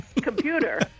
computer